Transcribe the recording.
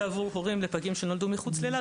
ועבור הורים לפגים שנולדו מחוץ לאילת,